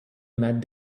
met